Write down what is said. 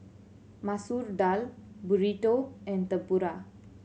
Masoor Dal Burrito and Tempura